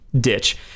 ditch